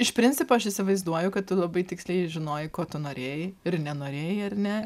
iš principo aš įsivaizduoju kad tu labai tiksliai žinojai ko tu norėjai ir nenorėjai ar ne